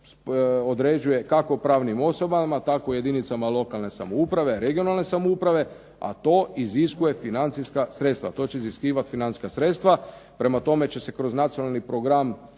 određuje kako pravnim osobama, tako jedinicama lokalne samouprave, regionalne samouprave, a to iziskuje financijska sredstva, to će iziskivati financijska sredstva. Prema tome će se kroz nacionalni program